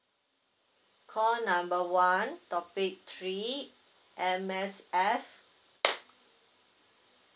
call number one topic three M_S_F